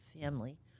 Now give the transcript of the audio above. family